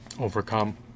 overcome